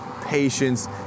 patience